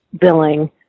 billing